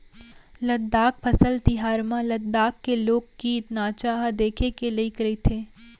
लद्दाख फसल तिहार म लद्दाख के लोकगीत, नाचा ह देखे के लइक रहिथे